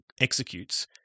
executes